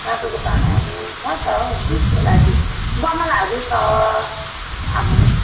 माटोको भाँडाहरू छ त हौ किन्नु लागि गमलाहरू छ अब